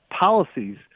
policies